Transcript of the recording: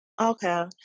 okay